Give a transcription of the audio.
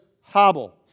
hobble